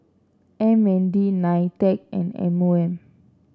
M N D Nitec and M O M